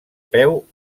peu